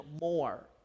more